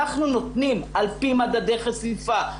אנחנו נותנים על-פי מדדי חשיפה,